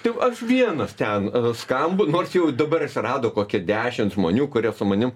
tai aš vienas ten skambu nors jau dabar atsirado kokie dešims žmonių kurie su manim